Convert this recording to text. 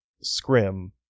Scrim